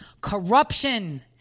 Corruption